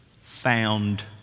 found